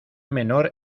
menor